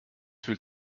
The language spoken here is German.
fühlt